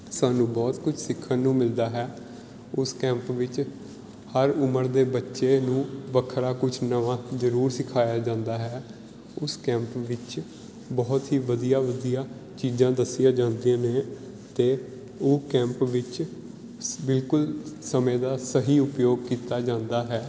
ਸਾਨੂੰ ਬਹੁਤ ਕੁਝ ਸਿੱਖਣ ਨੂੰ ਮਿਲਦਾ ਹੈ ਉਸ ਕੈਂਪ ਵਿੱਚ ਹਰ ਉਮਰ ਦੇ ਬੱਚੇ ਨੂੰ ਵੱਖਰਾ ਕੁਝ ਨਵਾਂ ਜ਼ਰੂਰ ਸਿਖਾਇਆ ਜਾਂਦਾ ਹੈ ਉਸ ਕੈਂਪ ਵਿੱਚ ਬਹੁਤ ਹੀ ਵਧੀਆ ਵਧੀਆ ਚੀਜ਼ਾਂ ਦੱਸੀਆਂ ਜਾਂਦੀਆਂ ਨੇ ਅਤੇ ਉਹ ਕੈਂਪ ਵਿੱਚ ਬਿਲਕੁਲ ਸਮੇਂ ਦਾ ਸਹੀ ਉਪਯੋਗ ਕੀਤਾ ਜਾਂਦਾ ਹੈ